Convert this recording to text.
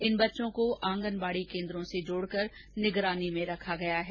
इन बच्चों को आंगनबाड़ी केन्द्रों से जोड़कर निगरानी में रखा गया है